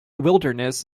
wilderness